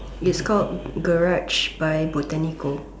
is called garage by Botanica